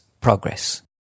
progress